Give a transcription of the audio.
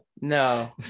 no